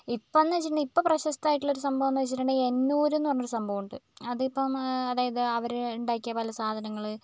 ഇപ്പംന്ന് വെച്ചിട്ടുണ്ടെങ്കിൽ ഇപ്പം പ്രശസ്തമായിട്ടുള്ള ഒരു സംഭവംന്ന് വെച്ചിട്ടുണ്ടെങ്കിൽ എന്നൂര്ന്ന് പറഞ്ഞൊരു സംഭവമുണ്ട് അതിപ്പം അതായത് അവർ ഉണ്ടാക്കിയ പല സാധനങ്ങൾ